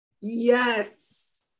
yes